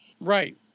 Right